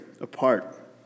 apart